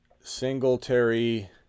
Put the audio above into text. Singletary